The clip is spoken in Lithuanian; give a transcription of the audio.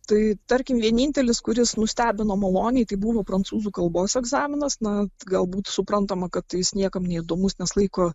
tai tarkim vienintelis kuris nustebino maloniai tai buvo prancūzų kalbos egzaminas na galbūt suprantama kad jis niekam neįdomus nes laiko